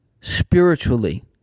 spiritually